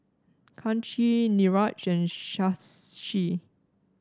Kanshi Niraj and Shashi